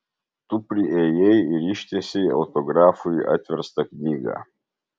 tu priėjai ir ištiesei autografui atverstą knygą